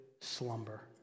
slumber